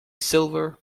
silver